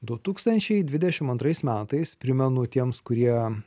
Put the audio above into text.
du tūkstančiai dvidešim antrais metais primenu tiems kurie